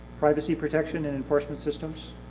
privacy protection and enforcement systems.